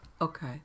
Okay